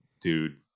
dude